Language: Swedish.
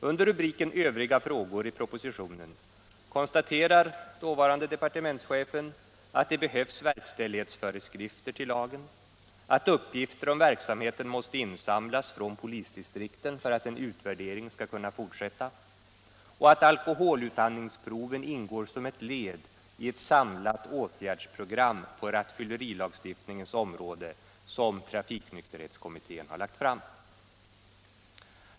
Under rubriken ”Övriga frågor” i propositionen konstaterar dåvarande departementschefen, att det behövs verkställighetsföreskrifter till lagen, att uppgifter om verksamheten måste insamlas från polisdistrikten för att en utvärdering skall kunna fortsätta och att alkoholutandningsproven ingår som ett led i ett samlat åtgärdsprogram på rattfyllerilagstiftningens område, som trafiknykterhetskommittén lagt fram.